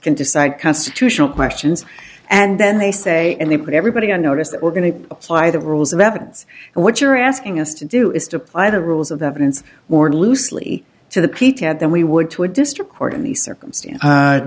can decide constitutional questions and then they say and they put everybody on notice that we're going to apply the rules of evidence and what you're asking us to do is to apply the rules of evidence or loosely to the peak and then we would to a district court in the circumstance